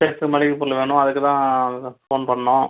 சேர்த்து மளிகை பொருள் வேணும் அதுக்கு தான் ஃபோன் பண்ணோம்